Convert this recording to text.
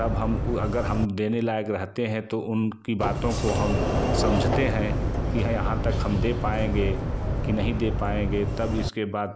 तब हम उ अगर हम देने लायक रहते हैं तो उनकी बातों को हम समझते हैं कि ये यहाँ तक हम दे पाएँगे कि नहीं दे पाएँगे तब इसके बाद